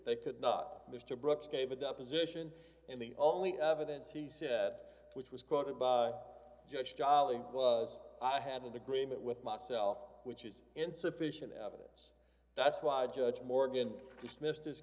they d could not mr brooks gave a deposition and the only evidence he said which was quoted by judge jolly was i had an agreement with myself which is insufficient evidence that's why the judge morgan dismissed his